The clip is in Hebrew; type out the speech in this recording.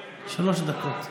דקות.